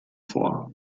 vor